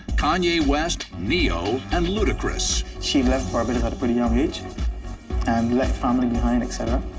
kanye west, ne-yo, and ludacris. she left barbados at a pretty young age and left family behind, et cetera.